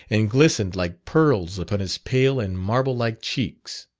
and glistened like pearls upon his pale and marble-like cheeks.